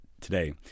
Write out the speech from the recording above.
today